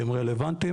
שהם רלוונטיים